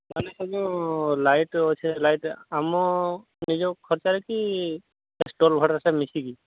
ତାହେଲେ ସବୁ ଲାଇଟ ଅଛି ଲାଇଟ ଆମ ନିଜ ଖର୍ଚ୍ଚ ହେଇକି ଷ୍ଟଲ ଭଡ଼ାଟା ମିଶିକି